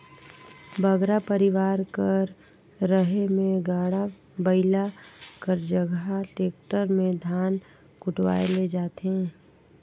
बगरा परिवार कर रहें में गाड़ा बइला कर जगहा टेक्टर में धान कुटवाए ले जाथें